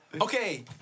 okay